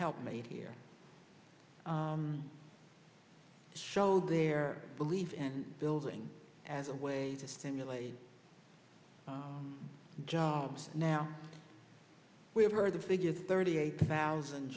helped made here show their belief and building as a way to stimulate jobs now we have heard the figure thirty eight thousand